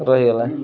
ରହିଗଲା